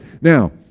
Now